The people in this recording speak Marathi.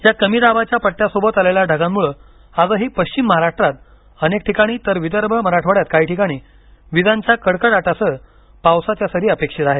या कमी दाबाच्या पट्टयासोबत आलेल्या ढगांमुळे आजही पश्चिम महाराष्ट्रात अनेक ठिकाणी तर विदर्भ मराठवाड्यात काही ठिकाणी विजांच्या कडकडाटासह पावसाच्या सरी अपेक्षित आहेत